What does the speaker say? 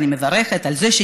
ואני מברכת על זה,